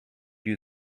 you